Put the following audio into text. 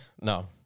no